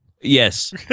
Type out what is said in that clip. Yes